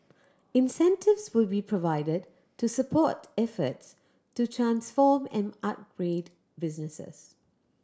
incentives will be provided to support efforts to transform and upgrade businesses